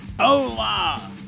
Hola